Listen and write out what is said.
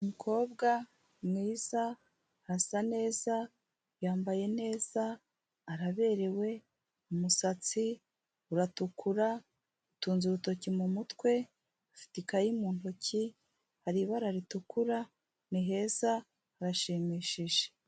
Umukobwa mwiza, asa neza, yambaye neza, araberewe, umusatsi uratukura, atunze urutoki mu mutwe, afite ikayi mu ntoki, hari ibara ritukura, ni heza harashimishije.